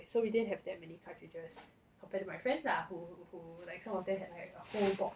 so we didn't have that many cartridges compared to my friends lah who who like some of them had like a whole box